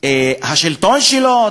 השלטון שלו,